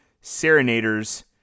serenaders